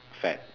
fad